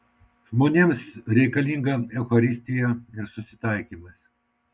žmonėms reikalinga eucharistija ir susitaikymas